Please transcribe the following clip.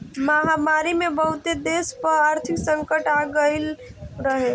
महामारी में बहुते देस पअ आर्थिक संकट आगई रहे